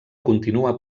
continua